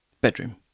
Bedroom